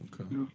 Okay